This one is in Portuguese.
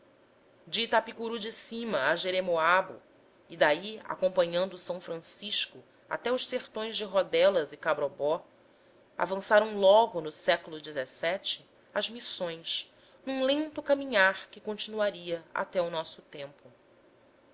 de itapicuru de cima a jeremoabo e daí acompanhando o s francisco até os sertões de rodelas e cabrobó avançaram logo no século xvii as missões num lento caminhar que continuaria até ao nosso tempo